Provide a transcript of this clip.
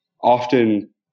often